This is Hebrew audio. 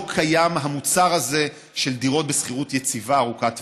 קיים המוצר הזה של דירות בשכירות יציבה ארוכת טווח.